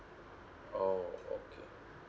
oh okay